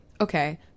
okay